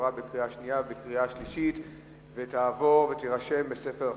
התש"ע 2010,